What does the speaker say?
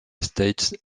states